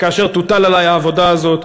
כאשר תוטל עלי העבודה הזאת,